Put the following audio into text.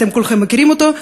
שאתם כולכם מכירים אותו,